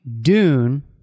Dune